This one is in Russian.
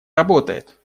работает